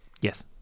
Yes